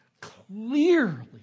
clearly